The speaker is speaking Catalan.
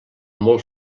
molt